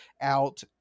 out